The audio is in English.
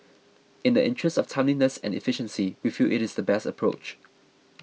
in the interest of timeliness and efficiency we feel it is the best approach